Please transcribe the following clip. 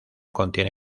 contiene